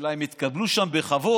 אלא הם התקבלו שם בכבוד,